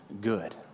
good